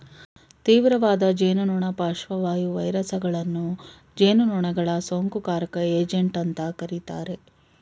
ತೀವ್ರವಾದ ಜೇನುನೊಣ ಪಾರ್ಶ್ವವಾಯು ವೈರಸಗಳನ್ನು ಜೇನುನೊಣಗಳ ಸೋಂಕುಕಾರಕ ಏಜೆಂಟ್ ಅಂತ ಕರೀತಾರೆ